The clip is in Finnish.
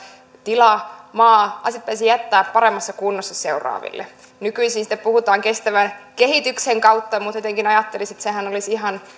tila maa asiat pitäisi jättää paremmassa kunnossa seuraaville nykyisin siitä puhutaan kestävän kehityksen kautta mutta jotenkin ajattelisi että sehän olisi ihan